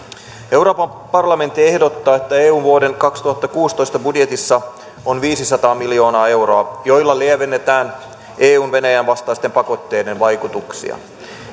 euroopan parlamentti ehdottaa että eun vuoden kaksituhattakuusitoista budjetissa on viisisataa miljoonaa euroa joilla lievennetään eun venäjän vastaisten pakotteiden vaikutuksia